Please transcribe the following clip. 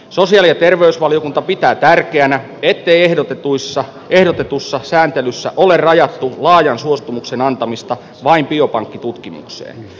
sosiaali ja terveysvaliokunta pitää tärkeänä ettei ehdotetussa sääntelyssä ole rajattu laajan suostumuksen antamista vain biopankkitutkimukseen